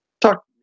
talk